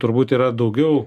turbūt yra daugiau